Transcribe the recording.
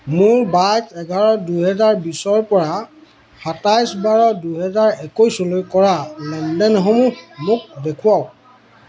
মোৰ বাইছ এঘাৰ দুহেজাৰ বিছৰপৰা সাতাইছ বাৰ দুহেজাৰ একৈছলৈ কৰা লেনদেনসমূহ মোক দেখুৱাওক